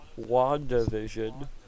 WandaVision